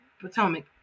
Potomac